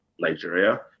Nigeria